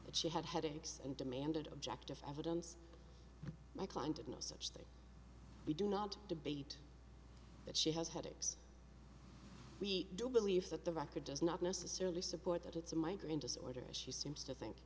that she had headaches and demanded objective evidence my client did no such thing we do not debate that she has had it we do believe that the record does not necessarily support that it's a migraine disorders she seems to think